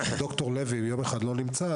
כי אם ד"ר לוי לא נמצא יום אחד,